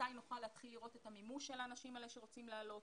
מתי נוכל להתחיל לראות את המימוש של האנשים האלה שרוצים לעלות,